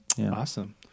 Awesome